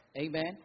Amen